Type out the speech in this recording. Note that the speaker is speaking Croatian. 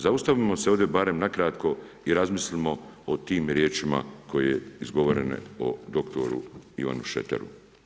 Zaustavimo se ovdje barem nakratko i razmislimo o tim riječima koje su izgovorene o dr. Ivanu Šreteru.